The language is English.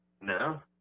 No